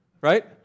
right